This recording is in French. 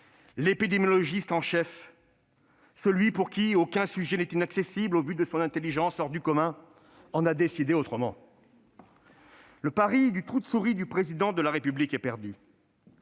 l'épidémiologiste en chef, celui pour qui aucun sujet n'est inaccessible au vu de son intelligence hors du commun, en a décidé autrement ! Le pari du « trou de souris » du Président de la République est perdu.